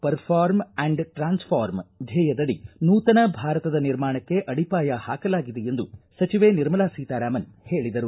perform and transform ದ್ವೇಯದಡಿ ನೂತನ ಭಾರತದ ನಿರ್ಮಾಣಕ್ಕೆ ಅಡಿಪಾಯ ಹಾಕಲಾಗಿದೆ ಎಂದು ಸಚಿವೆ ನಿರ್ಮಲಾ ಸೀತಾರಾಮನ್ ಹೇಳಿದರು